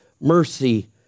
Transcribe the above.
mercy